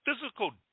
physical